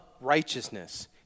righteousness